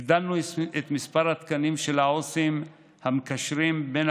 הגדלנו את מספר התקנים של העו"סים המקשרים בין